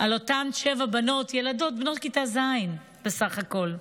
על אותן שבע בנות, ילדות בנות כיתה ז' בסך הכול.